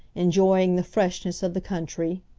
enjoying the freshness of the country.